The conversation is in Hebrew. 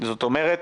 זאת אומרת,